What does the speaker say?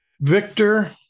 Victor